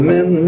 Men